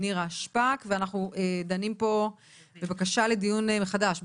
נירה שפק ואנחנו דנים פה בבקשה לדיון מחדש,